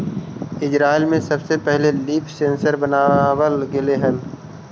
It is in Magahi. इजरायल में सबसे पहिले लीफ सेंसर बनाबल गेले हलई